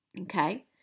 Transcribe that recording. Okay